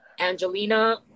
Angelina